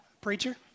preacher